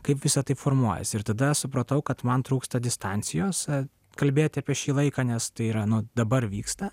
kaip visa tai formuojasi ir tada supratau kad man trūksta distancijose kalbėti apie šį laiką nes tai yra nu dabar vyksta